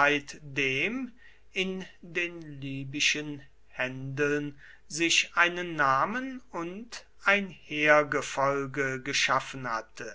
seitdem in den libyschen händeln sich einen namen und ein heergefolge geschaffen hatte